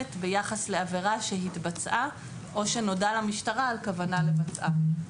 ביחס לעבירה שהתבצעה או שנודע למשטרה על כוונה לבצעה".